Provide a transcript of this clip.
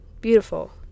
Beautiful